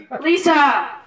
Lisa